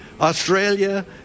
Australia